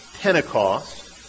Pentecost